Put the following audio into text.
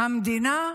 המדינה,